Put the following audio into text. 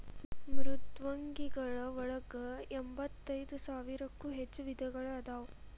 ಮೃದ್ವಂಗಿಗಳ ಒಳಗ ಎಂಬತ್ತೈದ ಸಾವಿರಕ್ಕೂ ಹೆಚ್ಚ ವಿಧಗಳು ಅದಾವ